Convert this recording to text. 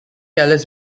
ellis